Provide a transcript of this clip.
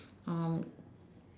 um